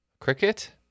cricket